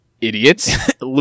Idiots